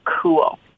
cool